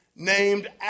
Named